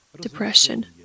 depression